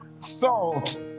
Salt